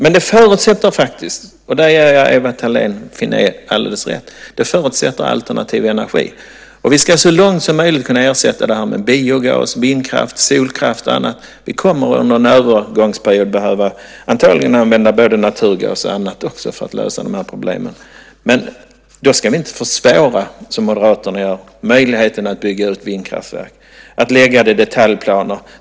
Men det förutsätter faktiskt, och där ger jag Ewa Thalén Finné alldeles rätt, alternativ energi. Vi ska så långt som möjligt ersätta detta med biogas, vindkraft, solkraft och annat. Under en övergångsperiod kommer vi antagligen att behöva använda naturgas och annat också för att lösa de här problemen. Men då ska vi inte försvåra, som Moderaterna gör, möjligheterna att bygga ut vindkraftverk och lägga dem i detaljplaner.